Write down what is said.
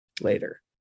later